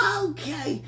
okay